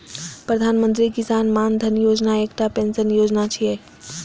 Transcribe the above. प्रधानमंत्री किसान मानधन योजना एकटा पेंशन योजना छियै